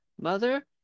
Mother